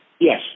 Yes